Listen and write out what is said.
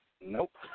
Nope